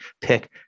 pick